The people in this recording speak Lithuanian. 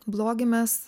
blogį mes